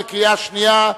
בקריאה השנייה.